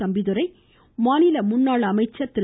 தம்பிதுரை மாநில முன்னாள் அமைச்சா் திரு